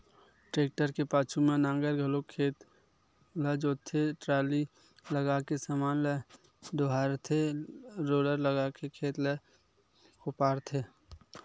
tractor के पाछू म नांगर लगाके खेत ल जोतथे, टराली लगाके समान ल डोहारथे रोलर लगाके खेत ल कोपराथे